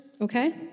Okay